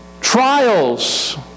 trials